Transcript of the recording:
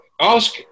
ask